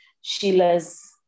Sheila's